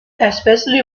especially